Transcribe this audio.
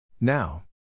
Now